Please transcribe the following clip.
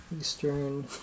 Eastern